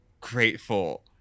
grateful